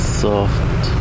soft